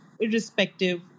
irrespective